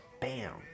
bam